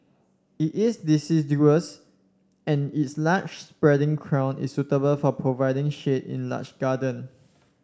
it is deciduous and its large spreading crown is suitable for providing shade in large garden